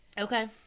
Okay